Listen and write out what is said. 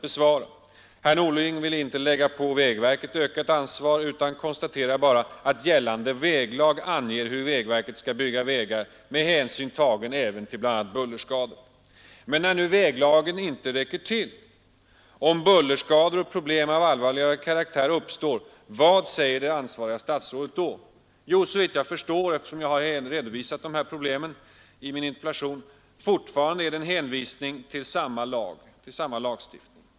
Herr Norling vill inte lägga på vägverket ökat ansvar utan konstaterar bara att gällande väglag anger hur vägverket skall bygga vägar med hänsyn tagen även till bl.a. buller. Men när nu väglagen inte räcker till? Om bullerskador och problem av allvarligare karaktär uppstår, vad säger det ansvariga statsrådet då? Jo, såvitt jag förstår mot bakgrund av min redovisning i interpellationen hänvisar han fortfarande till samma lag.